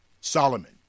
Solomon